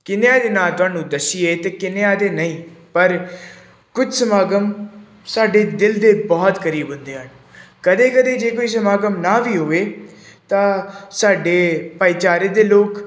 ਕਿੰਨਿਆਂ ਦੇ ਨਾਂ ਤੁਹਾਨੂੰ ਦੱਸੀਏ ਅਤੇ ਕਿੰਨਿਆਂ ਦੇ ਨਹੀਂ ਪਰ ਕੁਝ ਸਮਾਗਮ ਸਾਡੇ ਦਿਲ ਦੇ ਬਹੁਤ ਕਰੀਬ ਹੁੰਦੇ ਹਨ ਕਦੇ ਕਦੇ ਜੇ ਕੋਈ ਸਮਾਗਮ ਨਾ ਵੀ ਹੋਵੇ ਤਾਂ ਸਾਡੇ ਭਾਈਚਾਰੇ ਦੇ ਲੋਕ